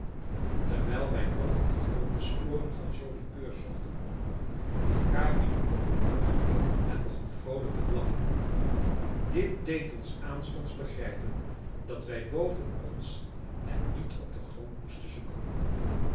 terwijl wij nog op den grond de sporen van joli coeur zochten hief capi den kop omhoog en begon vroolijk te blaffen dit deed ons aanstonds begrijpen dat wij boven ons en niet op den grond moesten zoeken